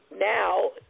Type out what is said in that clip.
now